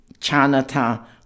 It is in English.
Chinatown